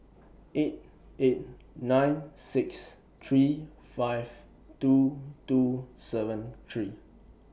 eight eight nine six three five two two seven three